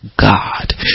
God